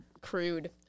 crude